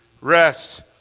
rest